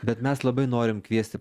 bet mes labai norim kviesti